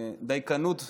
דייקנות בזמנים,